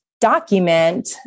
document